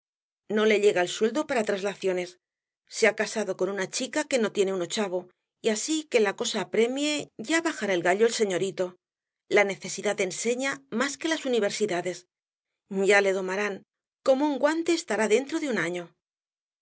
no le llega el sueldo para traslaciones se ha casado con una chica que no tiene un ochavo y así que la cosa apremie ya bajará el gallo el señorito la necesidad enseña más que las universidades ya le domarán como un guante estará dentro de un año